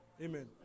Amen